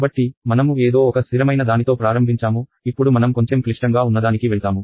కాబట్టి మనము ఏదో ఒక స్ధిరమైన దానితో ప్రారంభించాము ఇప్పుడు మనం కొంచెం క్లిష్టంగా ఉన్నదానికి వెళ్తాము